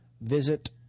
Visit